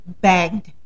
begged